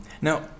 Now